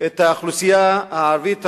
את האוכלוסייה הערבית המוסלמית,